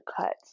cuts